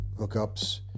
hookups